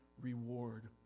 reward